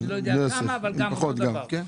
אני לא יודע כמה אבל גם אותו דבר.